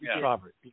Robert